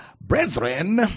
Brethren